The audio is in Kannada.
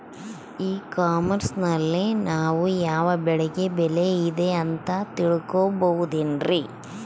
ಇ ಕಾಮರ್ಸ್ ನಲ್ಲಿ ನಾವು ಯಾವ ಬೆಳೆಗೆ ಬೆಲೆ ಇದೆ ಅಂತ ತಿಳ್ಕೋ ಬಹುದೇನ್ರಿ?